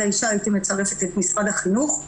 האישה הייתי מצרפת את משרד החינוך,